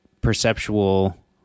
perceptual